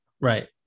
Right